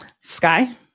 Sky